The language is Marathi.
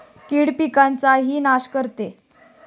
कीड पिकाचाही नाश करते